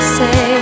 say